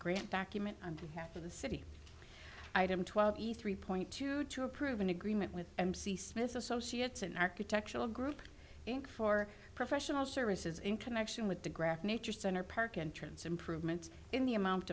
grant document on behalf of the city item twelve eat three point two to approve an agreement with mc smith so so she gets an architectural group for professional services in connection with the graphic nature center park entrance improvement in the amount